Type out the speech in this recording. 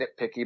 nitpicky